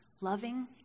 loving